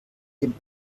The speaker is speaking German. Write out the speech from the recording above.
den